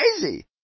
crazy